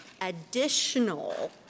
additional